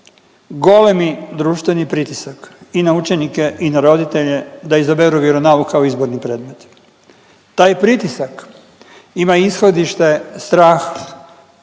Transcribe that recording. golemi društveni pritisak i na učenike i na roditelje da izaberu vjeronauk kao izborni predmet. Taj pritisak ima ishodište strah